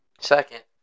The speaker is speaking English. second